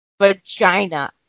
Vagina